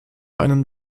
einen